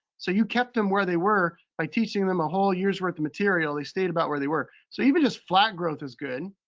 so you kept em where they were by teaching them a whole year's worth of material. they stayed about where they were. so even just flat growth is good.